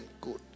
good